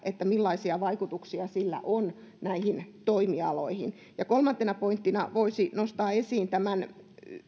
millaisia vaikutuksia sillä on näihin toimialoihin kolmantena pointtina voisi nostaa esiin tämän